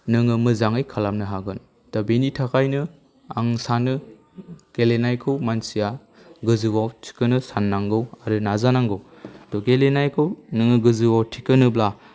नोङो मोजाङै खालामनो हागोन दा बिनि थाखायनो आं सानो गेलेनायखौ मानसिया गोजौआव थिखोनो साननांगौ आरो नाजानांगौ ड' गेलेनायखौ नोङो गोजौआव थिखोनोब्ला